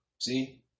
See